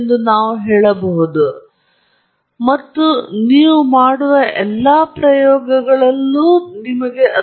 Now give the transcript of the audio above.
ನಿಮ್ಮ ಪ್ರಸ್ತುತವನ್ನು ನೀವು ಹೇಗೆ ಅಳೆಯುತ್ತೀರಿ ಎಂಬುದರ ಆಧಾರದ ಮೇಲೆ ಪ್ರಸ್ತುತದ ಮೌಲ್ಯವನ್ನು ನೀವು ಪರಿಶೀಲಿಸಬೇಕಾದರೆ ವೋಲ್ಟೇಜ್ ಅನ್ನು ನೀವು ಅಳೆಯುವ ಸ್ಥಳವನ್ನು ವೋಲ್ಟೇಜ್ ಬದಲಾಯಿಸಬಹುದು ಮತ್ತು